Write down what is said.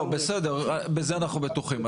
בסדר בזה אנחנו בטוחים.